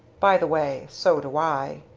by the way so do i.